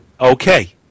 Okay